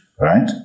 right